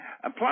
Plus